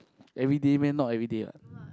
everyday meh not everyday [what]